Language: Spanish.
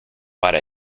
para